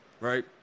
Right